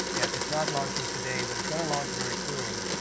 yet it's not launching today, but it's going to launch very soon.